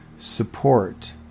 support